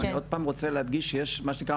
אני עוד פעם רוצה להדגיש שיש מה שנקרא,